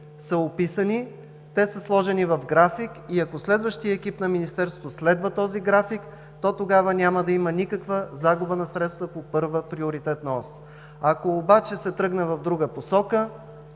са описани. Сложени са в график и ако следващият екип на Министерството следва този график, тогава няма да има никаква загуба на средства по Първа приоритетна ос. Ако обаче се тръгне в друга посока,